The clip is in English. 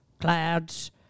clouds